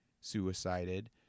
suicided